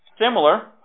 Similar